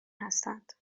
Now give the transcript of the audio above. هستند